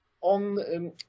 on